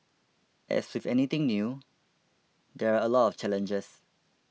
as with anything new there are a lot of challenges